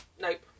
nope